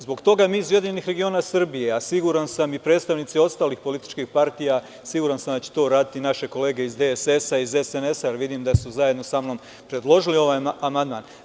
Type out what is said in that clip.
Zbog toga mi iz URS, a siguran sam i predstavnici ostalih političkih partija, siguran sam da će to uraditi i naše kolege iz DSS i iz SNS, jer vidim da su zajedno sa mnom predložili ovaj amandman.